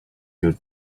your